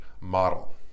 model